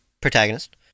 protagonist